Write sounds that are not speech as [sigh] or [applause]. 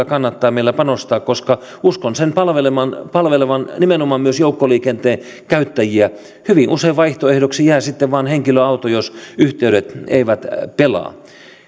[unintelligible] kannattaa meillä panostaa koska uskon sen palvelevan palvelevan nimenomaan joukkoliikenteen käyttäjiä hyvin usein vaihtoehdoksi jää sitten vain henkilöauto jos yhteydet eivät pelaa